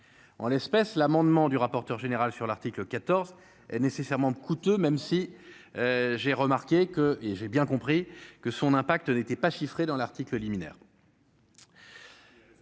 en l'espèce l'amendement du rapporteur général sur l'article 14 nécessairement coûteux, même si j'ai remarqué que et j'ai bien compris que son impact n'étaient pas chiffrée dans l'article liminaire.